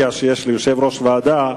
אדוני היושב-ראש, כנסת נכבדה,